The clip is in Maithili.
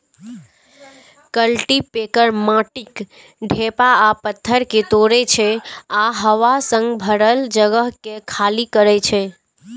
कल्टीपैकर माटिक ढेपा आ पाथर कें तोड़ै छै आ हवा सं भरल जगह कें खाली करै छै